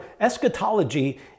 eschatology